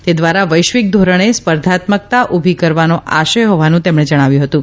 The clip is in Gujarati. તે દ્વારા વૈશ્વિક ધોરણે સ્પર્ધાત્મકતા ઉભી કરવાનો આશય હોવાનું તેમણે જણાવ્યું હતું